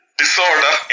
disorder